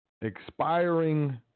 expiring